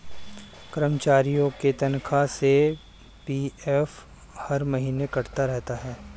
कर्मचारियों के तनख्वाह से पी.एफ हर महीने कटता रहता है